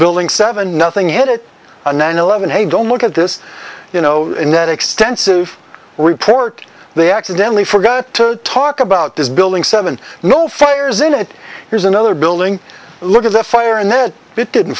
building seven nothing hit it on nine eleven hey don't look at this you know in that extensive report they accidentally forgot to talk about this building seven no fires in it here's another building look at the fire no it didn't